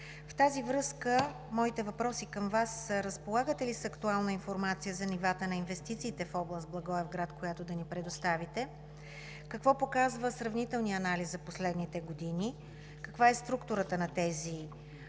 с това моите въпроси към Вас са: разполагате ли с актуална информация за нивата на инвестициите в област Благоевград, която да ни предоставите? Какво показва сравнителният анализ за последните години? Каква е структурата на тези